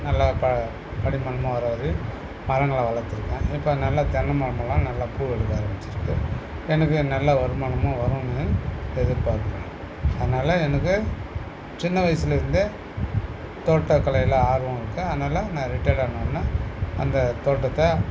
நல்லா ப படிமானமாக வர வரையும் மரங்களை வளர்த்துருக்கேன் இப்போ நல்லா தென்னைமரமெல்லாம் நல்லா பூ வெடிக்க ஆரமிச்சுருக்கு எனக்கு நல்ல வருமானமும் வருன்னு எதிர் பார்க்குறேன் அதனால் எனக்கு சின்ன வயசில் இருந்தே தோட்ட கலையில் ஆர்வம் இருக்கு அதனால் நான் ரிட்டைர்ட் ஆன உடனே அந்த தோட்டத்தை